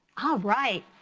ah right,